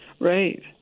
Right